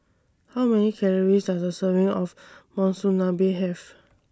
How Many Calories Does A Serving of Monsunabe Have